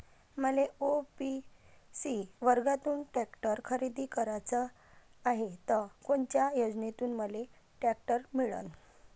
मले ओ.बी.सी वर्गातून टॅक्टर खरेदी कराचा हाये त कोनच्या योजनेतून मले टॅक्टर मिळन?